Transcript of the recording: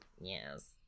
yes